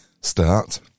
start